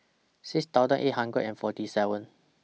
six thousand eight hundred and forty seven